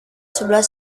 sebelah